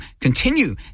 continue